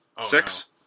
Six